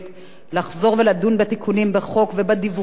לחזור ולדון בתיקונים בחוק ובדיווחים עליו.